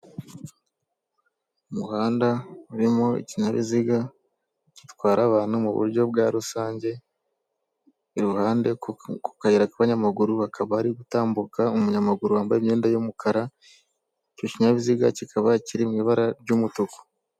Umuhanda urimo ikinyabiziga gitwara abantu mu buryo bwa rusange, iruhande ku kayira k'abanyamaguru hakaba hari gutambuka umunyamaguru wambaye imyenda y'umukara icyo kinyabiziga kikaba kiri mu ibara ry'umutuku.